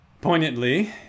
poignantly